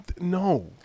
no